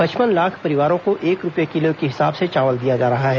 पचपन लाख परिवारों को एक रुपये किलो के हिसाब से चावल दिया जा रहा है